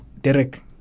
Derek